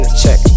check